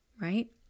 right